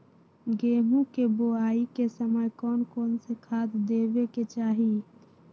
गेंहू के बोआई के समय कौन कौन से खाद देवे के चाही?